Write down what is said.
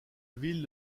ville